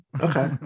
okay